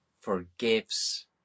forgives